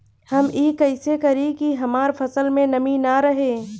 हम ई कइसे करी की हमार फसल में नमी ना रहे?